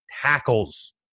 tackles